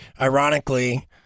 ironically